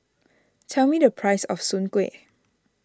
tell me the price of Soon Kuih